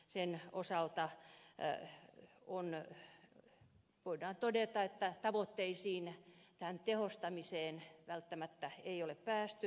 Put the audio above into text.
sen osalta voidaan todeta että tavoitteisiin tähän tehostamiseen välttämättä ei ole päästy